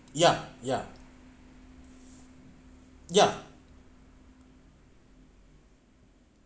yup yup yup